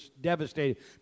devastated